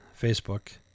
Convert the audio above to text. Facebook